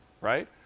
right